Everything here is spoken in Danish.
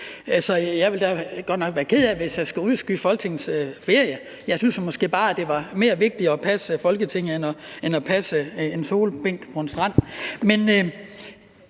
jeg vil da godt nok være ked af, hvis jeg skal udskyde Folketingets ferie. Jeg synes måske bare, det var mere vigtigt at passe Folketinget end at passe en solbænk på en strand.